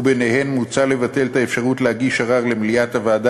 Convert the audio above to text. וביניהן: מוצע לבטל את האפשרות להגיש ערר למליאת הוועדה